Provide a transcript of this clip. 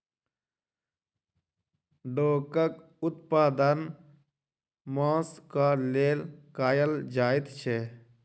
डोकाक उत्पादन मौंस क लेल कयल जाइत छै